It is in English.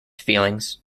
feelings